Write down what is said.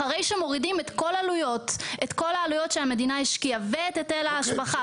אחרי שמורידים את כל העלויות שהמדינה השקיעה והיטל ההשבחה